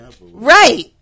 Right